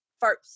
first